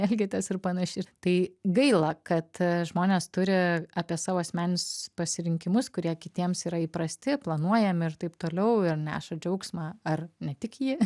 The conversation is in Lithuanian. elgiatės ir panašiai tai gaila kad žmonės turi apie savo asmeninius pasirinkimus kurie kitiems yra įprasti planuojami ir taip toliau ir neša džiaugsmą ar ne tik jį